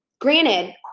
Granted